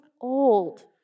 old